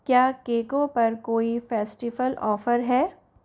क्या केकों पर कोई फेस्टिवल ऑफर हैं